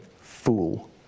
fool